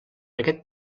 aquest